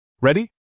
Ready